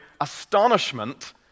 astonishment